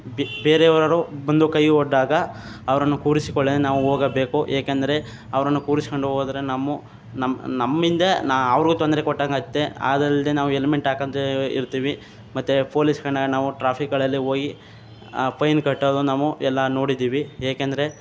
ಬೇ ಬೇರೆಯವರು ಬಂದು ಕೈ ಒಡೆದಾಗ ಅವರನ್ನು ಕೂರಿಸಿಕೊಳ್ಳದೆ ನಾವು ಹೋಗಬೇಕು ಏಕೆಂದರೆ ಅವರನ್ನು ಕೂರಿಸ್ಕೊಂಡು ಹೋದ್ರೆ ನಾವು ನಮ್ಮಿಂದೆ ನಾನು ಅವರು ತೊಂದರೆ ಕೊಟ್ಟಂತೆ ಆಯ್ತದೆ ಅದಲ್ಲದೇ ನಾವು ಎಲ್ಮೆಟ್ ಹಾಕೊಳ್ತೇವೆ ಇರ್ತೀವಿ ಮತ್ತು ಪೋಲೀಸ್ ಕಂಡಾಗ ನಾವು ಟ್ರಾಫಿಕ್ಗಳಲ್ಲಿ ಹೋಗಿ ಫೈನ್ ಕಟ್ಟೋದು ನಾವು ಎಲ್ಲ ನೋಡಿದ್ದೀವಿ ಏಕೆಂದರೆ